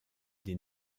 des